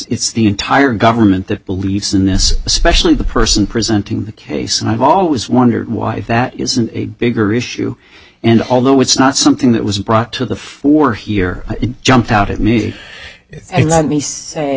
it's the entire government that believes in this especially the person presenting the case and i've always wondered why if that isn't a bigger issue and although it's not something that was brought to the fore here jumped out at me and let me say